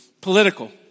political